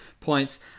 points